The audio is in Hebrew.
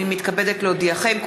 הינני מתכבדת להודיעכם,